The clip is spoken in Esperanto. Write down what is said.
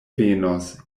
venos